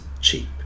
cheap